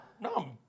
No